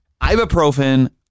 ibuprofen